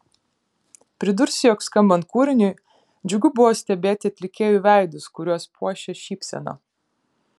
pridursiu jog skambant kūriniui džiugu buvo stebėti atlikėjų veidus kuriuos puošė šypsena